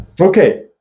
Okay